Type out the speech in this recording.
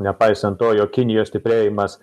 nepaisant to jog kinijos stiprėjimas